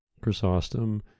Chrysostom